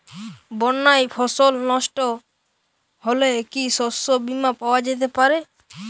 বন্যায় ফসল নস্ট হলে কি শস্য বীমা পাওয়া যেতে পারে?